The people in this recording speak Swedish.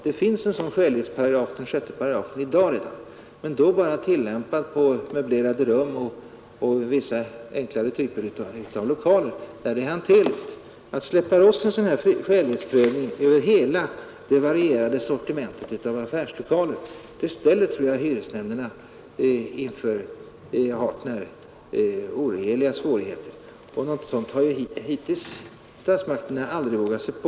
Det finns redan en sådan skälighetsparagraf — 6 8 — men den tillämpas bara för möblerade rum och vissa enkla typer av lokaler där metoden är hanterlig. Att släppa loss en sådan här skälighetsprövning över hela det varierade sortimentet av affärslokaler ställer, tror jag, hyresnämnderna inför hart när oöverstigliga svårigheter. Och något sådant har ju statsmakterna hittills aldrig vågat sig på.